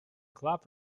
club